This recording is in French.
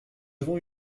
avons